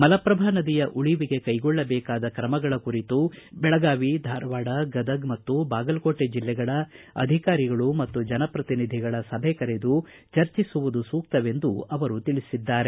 ಮಲಪ್ರಭಾ ನದಿಯ ಉಳವಿಗೆ ಕೈಗೊಳ್ಳಬೇಕಾದ ಕ್ರಮಗಳ ಕುರಿತು ಬೆಳಗಾವಿ ಧಾರವಾಡ ಗದಗ್ ಮತ್ತು ಬಾಗಲಕೋಟೆ ಜಿಲ್ಲೆಗಳ ಅಧಿಕಾರಿಗಳು ಮತ್ತು ಜನಪ್ರತಿನಿಧಿಗಳ ಸಭೆ ಕರೆದು ಚರ್ಚಿಸುವುದು ಸೂಕ್ತವೆಂದು ಅವರು ತಿಳಿಸಿದ್ದಾರೆ